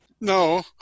no